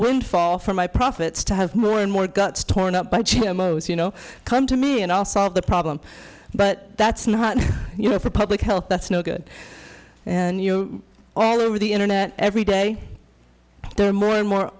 windfall for my profits to have more and more guts torn up by g m owes you know come to me and i'll solve the problem but that's not you know for public health that's no good and you all over the internet every day there are more and more